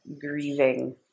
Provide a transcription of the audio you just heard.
grieving